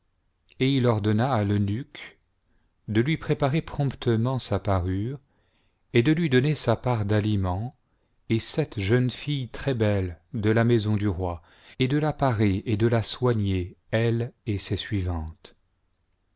et il ordonna à l'eunuque de lui préparer promptement sa parure et de lui donner sa part d'aliments et sept jeunes filles très belles de la maison du roi et de la parer et de la soigner elle et ses suivantes